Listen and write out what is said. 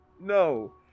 no